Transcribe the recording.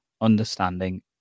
understanding